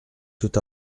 tout